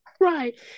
Right